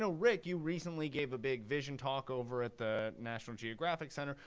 so rick, you recently gave a big vision talk over at the national geographic center,